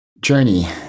journey